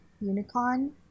Unicorn